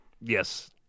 Yes